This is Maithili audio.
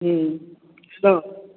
हुॅं हॅं